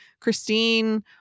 Christine